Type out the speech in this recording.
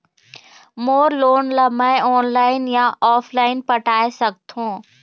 मोर loan ला मैं online या ऑफलाइन पटाए सकथों?